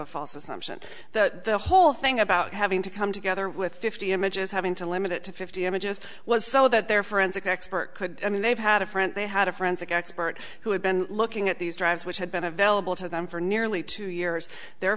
assumption that the whole thing about having to come together with fifty images having to limit it to fifty images was so that their forensic expert could i mean they've had a friend they had a forensic expert who had been looking at these drives which had been available to them for nearly two years the